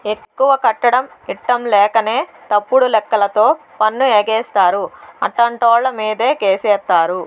ఎక్కువ కట్టడం ఇట్టంలేకనే తప్పుడు లెక్కలతో పన్ను ఎగేస్తారు, అట్టాంటోళ్ళమీదే కేసేత్తారు